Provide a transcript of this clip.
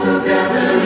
Together